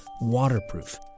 waterproof